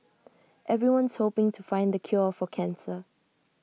everyone's hoping to find the cure for cancer